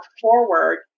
forward